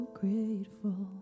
grateful